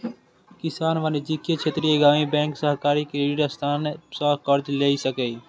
किसान वाणिज्यिक, क्षेत्रीय ग्रामीण बैंक, सहकारी क्रेडिट संस्थान सं कर्ज लए सकैए